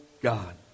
God